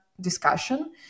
discussion